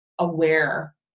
aware